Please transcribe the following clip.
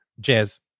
jazz